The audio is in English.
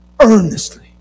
earnestly